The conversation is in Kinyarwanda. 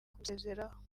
kumusezeraho